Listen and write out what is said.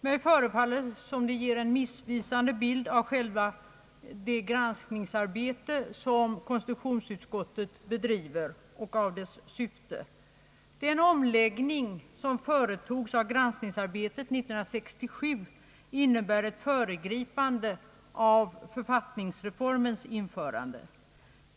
Mig förefaller det som om det ger en missvisande bild av själva det granskningsarbete som konstitutionsutskottet bedriver och av dess syfte. Denna omläggning som företogs av granskningsarbetet 1967 innebär ett föregripande av = författningsreformens införande.